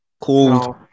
called